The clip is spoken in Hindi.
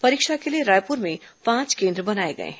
परीक्षा के लिए रायपुर में पांच केन्द्र बनाए गए हैं